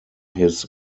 his